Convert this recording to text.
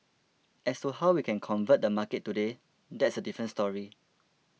as to how we can convert the market today that's a different story